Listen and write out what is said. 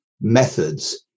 methods